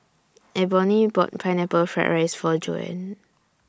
Eboni bought Pineapple Fried Rice For Joann